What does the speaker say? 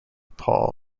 paul